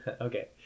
Okay